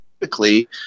typically